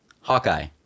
Hawkeye